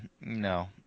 No